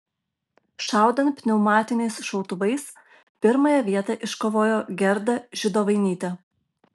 šaudant pneumatiniais šautuvais pirmąją vietą iškovojo gerda židovainytė